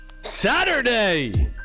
Saturday